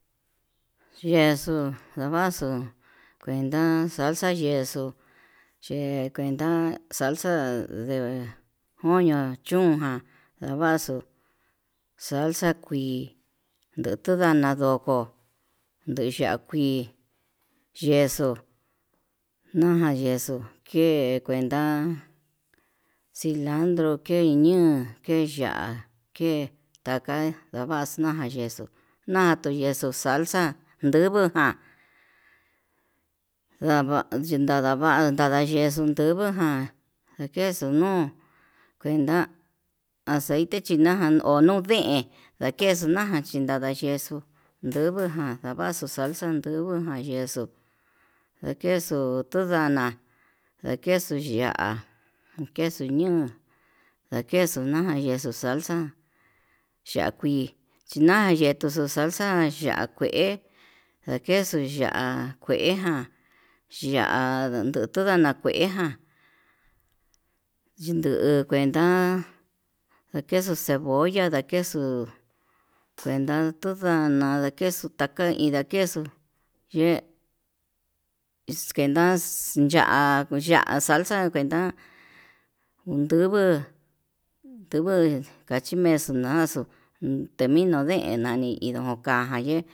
Yexuu ndavaxu venda salsa yexuu ye'e kuenta salsa de koño chún ján, ndavaxu salsa kuii nduu tundana ndoko nde ya'a kuii yexo'o naján yexo'o kee kuenta cilandro ke'e iña'a ke'a ya'á ke taka vaxna yexuu, na'a tuxuu salsa nduvu ján ndava'a chinadava yexuu ndubu ján ndakexuu nuu kuenta aceite chinaján onuu deen ndakexu na'a ján chinada yexuu ndubuján ndaxaxu salsa ndubuján yexu ndakexuu, otundana ndakexuu ya'á nakexu ña'án ndakexu naján yexuu salsa ya'á kuii china'a yetuxu salsa ya'á kué, ndakexu ya'á kueján ya'á tundana kueján yinduu kuenta ndakexu cebolla ndakexu kuenta tundana dakexu taka indakexu, ye'e kenax ya'á ya'á salsa kuenta ndubuu ndubuu kachi mexo'o naxo temi no deen na'a, ni indon kaja ye'é.